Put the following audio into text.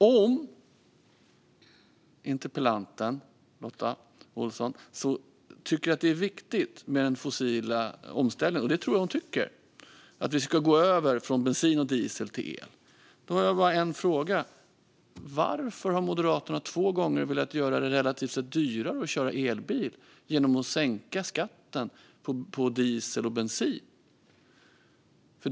Om interpellanten Lotta Olsson tycker att det är viktigt med den fossila omställningen, alltså att vi ska gå över från bensin och diesel till el - och det tror jag att hon tycker - har jag bara en fråga: Varför har Moderaterna två gånger velat göra det relativt sett dyrare att köra elbil genom att sänka skatten på diesel och bensin?